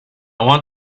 want